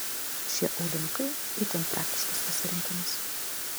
šie aulinukai itin praktiškas pasirinkimas